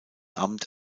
amt